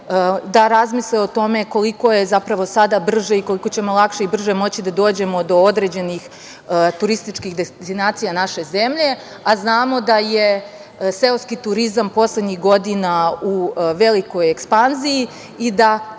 da razmisle o tome koliko je zapravo sada brže i koliko ćemo lakše i brže moći da dođemo do određenih turističkih destinacija naše zemlje, a znamo da je seoski turizam poslednjih godina u velikoj ekspanziji i da